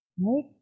right